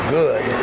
good